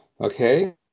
Okay